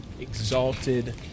exalted